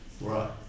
Right